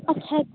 ਅੱਛਾ ਜੀ